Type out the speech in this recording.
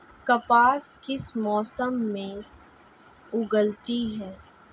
कपास किस मौसम में उगती है?